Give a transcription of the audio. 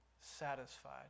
satisfied